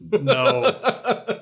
No